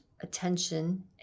Attention